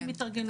איך ההתארגנות?